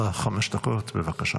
תודה.